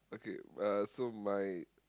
okay uh so my